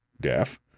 deaf